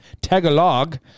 tagalog